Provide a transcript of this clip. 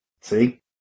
See